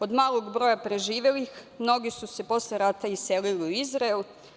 Od malog broja preživelih, mnogi su se posle rata iselili u Izrael.